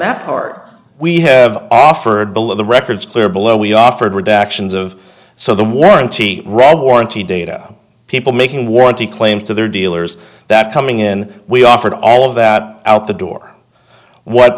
that part we have offered below the records clear below we offered redactions of so the warranty read warranty data people making warranty claims to their dealers that coming in we offered all of that out the door what